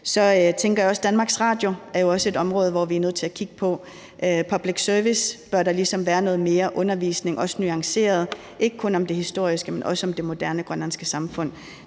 at DR er et område, hvor vi er nødt til at kigge på public service, altså om der ligesom bør være noget mere undervisning, også mere nuanceret, ikke kun om det historiske, men også om det moderne grønlandske samfund.